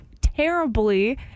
terribly